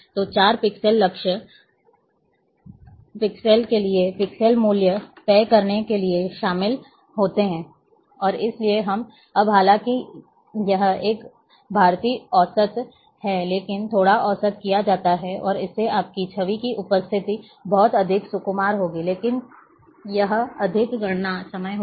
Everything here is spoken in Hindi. तो चार पिक्सेल लक्ष्य पिक्सेल के लिए पिक्सेल मूल्य तय करने के लिए शामिल होते हैं और इसलिए अब हालांकि यह एक भारित औसत है लेकिन थोड़ा औसत किया जाता है और इससे आपकी छवि की उपस्थिति बहुत अधिक सुकुमार होगी लेकिन यह अधिक गणना समय होगा